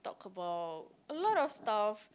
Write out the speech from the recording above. about a lot of stuff